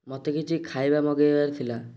ମୋତେ କିଛି ଖାଇବା ମଗାଇବାର ଥିଲା